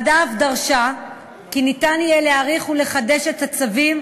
הוועדה אף דרשה כי ניתן יהיה להאריך ולחדש את הצווים